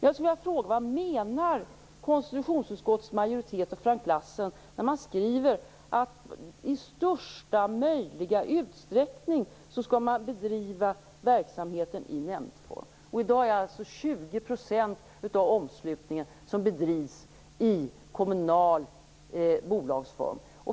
Jag vill fråga: Vad menar konstitutionsutskottets majoritet och Frank Lassen när man skriver att verksamheten i största möjliga utsträckning skall bedrivas i nämndform? I dag är det 20 % av omslutningen som bedrivs i kommunal bolagsform.